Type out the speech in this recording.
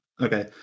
okay